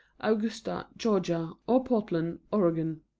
augusta, georgia, or portland, oregon.